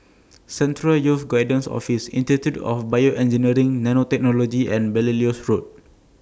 Central Youth Guidance Office Institute of Bioengineering Nanotechnology and Belilios Road